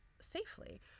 safely